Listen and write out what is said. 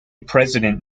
president